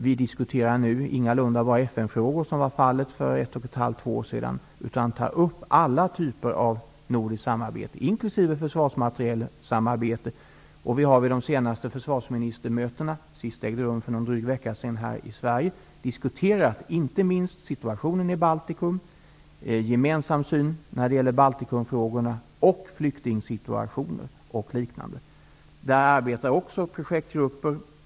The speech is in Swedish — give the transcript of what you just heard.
Vi diskuterar nu ingalunda bara FN frågor, vilket var fallet för ett och ett halvt till två år sedan, utan tar upp alla typer av nordiskt samarbete, inkl. försvarsmaterielsamarbete. Vi har vid de senaste försvarsministermötena -- det allra senaste ägde rum här i Sverige för en dryg vecka sedan -- diskuterat inte minst situationen i Baltikum, en gemensam syn i Baltikumfrågorna och flyktingsituationer. Det finns också projektgrupper som arbetar med detta.